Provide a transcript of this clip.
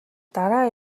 дараа